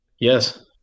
Yes